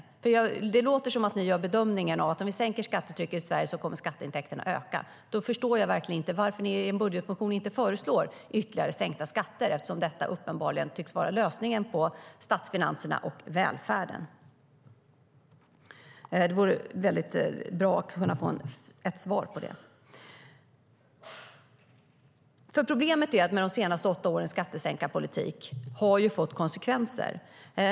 Det låter som att ni gör bedömningen att om vi sänker skattetrycket i Sverige kommer skatteintäkterna att öka. Då förstår jag verkligen inte varför ni inte föreslår ytterligare sänkta skatter i er budgetmotion. Detta tycks ju uppenbarligen vara lösningen på statsfinanserna och välfärden. Det vore bra om vi kunde få ett svar på det. Problemet är att de senaste åtta årens skattesänkarpolitik har fått konsekvenser.